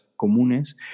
Comunes